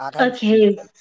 Okay